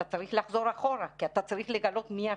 אתה צריך לחזור אחורה כי אתה צריך לגלות מי החיובי,